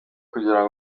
kugira